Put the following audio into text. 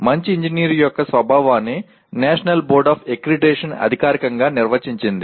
మంచి ఇంజనీర్ యొక్క స్వభావాన్ని నేషనల్ బోర్డ్ ఆఫ్ అక్రిడిటేషన్ అధికారికంగా నిర్వచించింది